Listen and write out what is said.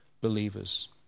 believers